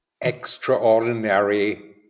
extraordinary